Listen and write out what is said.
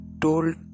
told